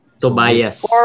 Tobias